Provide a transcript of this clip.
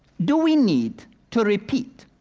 do we need to repeat